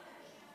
כבוד היושב-ראש,